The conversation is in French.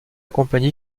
compagnie